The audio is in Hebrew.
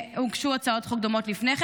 הוגשו הצעות חוק דומות לפני כן.